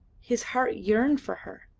his heart yearned for her.